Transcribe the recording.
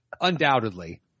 Undoubtedly